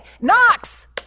Knox